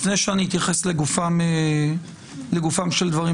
לפני שאני אתייחס לגופם של דברים,